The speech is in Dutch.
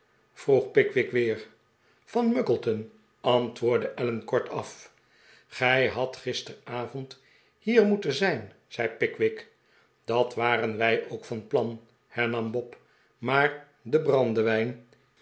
vroeg pickwick weer van muggleton antwoordde allen kortaf gij hadt gisteravond hier moeten zijn zei pickwick dat waren wij ook van plan hernam bob maar de brandewijn